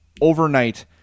overnight